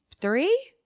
three